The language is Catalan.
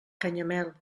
canyamel